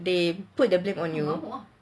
they put the blame on you